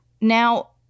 Now